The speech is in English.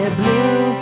blue